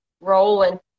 rolling